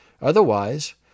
Otherwise